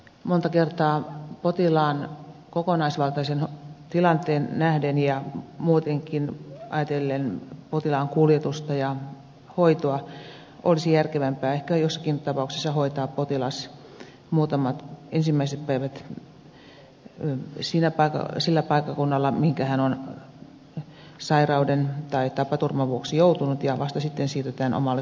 monta kertaa potilaan kokonaisvaltaiseen tilanteeseen nähden ja muutenkin ajatellen potilaan kuljetusta ja hoitoa olisi järkevämpää ehkä joissakin tapauksissa hoitaa potilas ensimmäiset päivät sillä paikkakunnalla mihinkä hän on sairauden tai tapaturman vuoksi joutunut ja vasta sitten siirrytään omalle kotipaikkakunnalle